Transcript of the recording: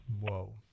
whoa